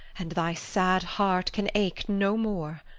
and thy sad heart can ache no more.